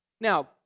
Now